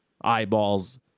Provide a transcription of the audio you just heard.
eyeballs